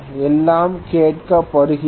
எல்லாம் கேட்கப்படுகிறது